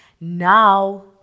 Now